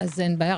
אין בעיה.